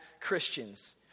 Christians